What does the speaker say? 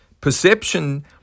Perception